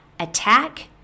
attack